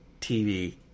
TV